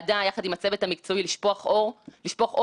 הדיונים הוכיחו שיש צעדי תיקון שהכרחי לעשות.